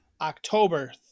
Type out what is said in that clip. October